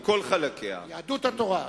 יהדות התורה.